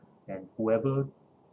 and whoever